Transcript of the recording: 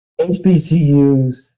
HBCUs